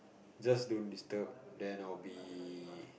just don't disturb then I'll be